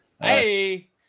Hey